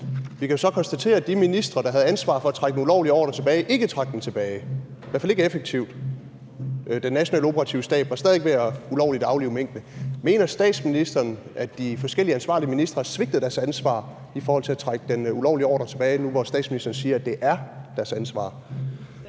Vi kan jo så konstatere, at de ministre, der havde ansvaret for at trække den ulovlige ordre tilbage, ikke trak den tilbage, i hvert fald ikke effektivt. Den Nationale Operative Stab var stadig ved ulovligt at aflive minkene. Mener statsministeren, at de forskellige ansvarlige ministre har svigtet deres ansvar i forhold til at trække den ulovlige ordre tilbage, nu, hvor statsministeren siger, at det er deres ansvar?